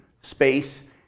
space